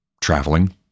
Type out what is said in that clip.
traveling